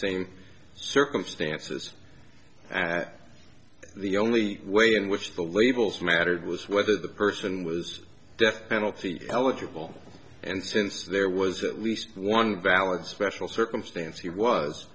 same circumstances at the only way in which the labels mattered was whether the person was death penalty eligible and since there was at least one valid special circumstance he was